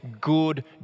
good